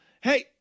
Hey